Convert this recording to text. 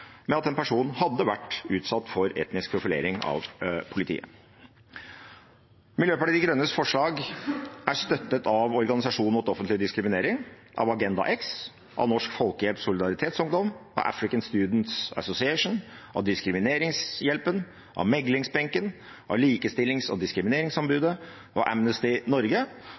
med at en person hadde vært utsatt for etnisk profilering av politiet. Miljøpartiet De Grønnes forslag er støttet av Organisasjonen mot offentlig diskriminering, av Agenda X, av Norsk Folkehjelp Solidaritetsungdom, av African Students Association, av Diskrimineringshjelpen og Meglingsbenken, av Likestillings- og diskrimineringsombudet og av Amnesty Norge,